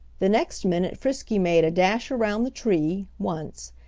the next minute frisky made a dash around the tree, once,